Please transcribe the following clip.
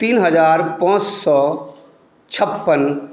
तीन हज़ार पाँच सए छप्पन